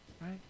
right